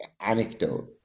anecdote